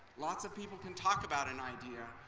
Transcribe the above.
lots of people can talk about an idea,